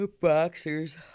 Boxers